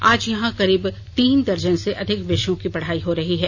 आज यहां करीब तीन दर्जन से अधिक विषयों की पढ़ाई हो रही है